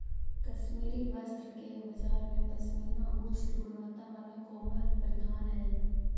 कश्मीरी वस्त्र के बाजार में पशमीना उच्च गुणवत्ता वाला कोमल परिधान हइ